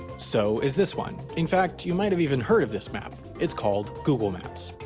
so is this one. in fact, you might have even heard of this map it's called google maps.